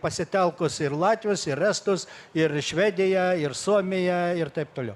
pasitelkus ir latvius ir estus ir švediją ir suomiją ir taip toliau